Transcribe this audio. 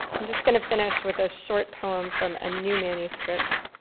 i'm just going to finish with a short poem from a new manuscript,